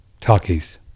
talkies